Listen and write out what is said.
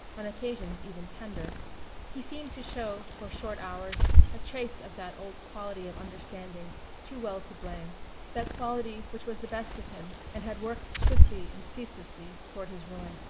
on occasions even tender he seemed to show for short hours a trace of that old quality of understanding too well to blame that quality which was the best of him and had worked swiftly and ceaselessly toward his ruin.